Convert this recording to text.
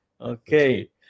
Okay